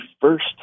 first